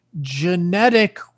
genetic